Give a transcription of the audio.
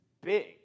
big